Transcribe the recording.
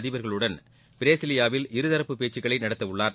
அதிபர்களுடன் பிரசிவாவில் இருதரப்பு பேச்சுக்களை நடத்தவுள்ளார்